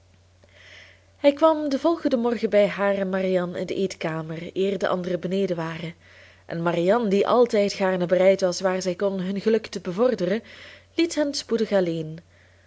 hij kwam den volgenden morgen bij haar en marianne in de eetkamer eer de anderen beneden waren en marianne die altijd gaarne bereid was waar zij kon hun geluk te bevorderen liet hen spoedig alleen